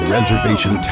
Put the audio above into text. Reservation